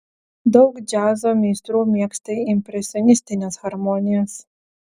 daug džiazo meistrų mėgsta impresionistines harmonijas